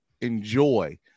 enjoy